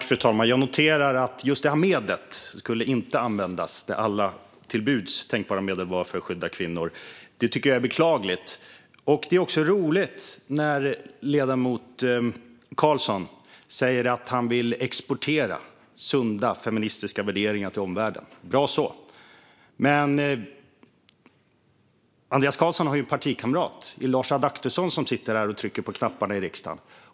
Fru talman! Jag noterar att just ett medel inte skulle användas fast alla till buds tänkbara medel var till för att skydda kvinnor. Det tycker jag är beklagligt. Det är roligt när ledamoten Carlson säger att han vill exportera sunda feministiska värderingar till omvärlden. Bra så, men Andreas Carlson har en partikamrat - Lars Adaktusson, som sitter och trycker på knapparna här i riksdagen.